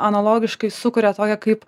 analogiškai sukuria tokią kaip